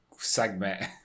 segment